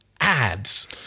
ads